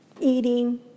eating